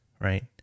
right